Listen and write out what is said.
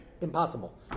Impossible